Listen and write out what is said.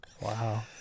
Wow